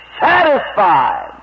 satisfied